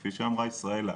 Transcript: כפי שאמרה ישראלה,